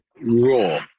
raw